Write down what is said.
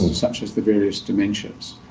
such as the various dementias?